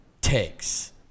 takes